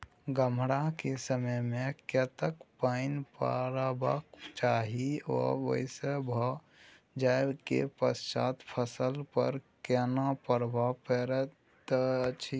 गम्हरा के समय मे कतेक पायन परबाक चाही आ बेसी भ जाय के पश्चात फसल पर केना प्रभाव परैत अछि?